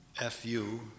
F-U